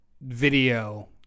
video